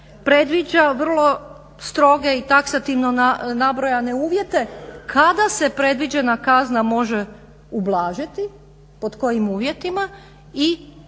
predviđa vrlo stroge i taksativno nabrojane uvjete kada se predviđena kazna može ublažiti, pod kojim uvjetima i kada